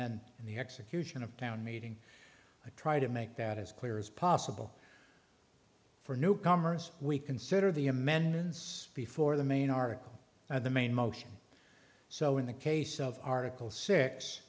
then in the execution of town meeting i try to make that as clear as possible for newcomers we consider the amendments before the main article at the main motion so in the case of article six